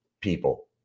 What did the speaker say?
people